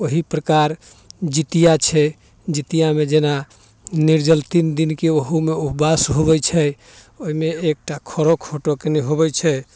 ओहि प्रकार जितिया छै जितियामे जेना निर्जल तीन दिन के ओहूमे उपवास होबै छै ओइमे एकटा खरो खोटोके नहि होबे छै